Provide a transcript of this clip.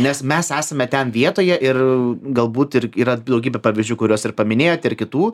nes mes esame ten vietoje ir galbūt ir yra daugybė pavyzdžių kuriuos ir paminėjot ir kitų